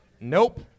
Nope